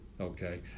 okay